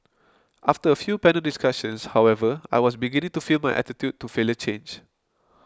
after a few panel discussions however I was beginning to feel my attitude to failure change